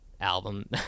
album